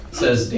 says